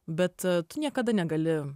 bet tu niekada negali